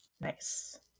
nice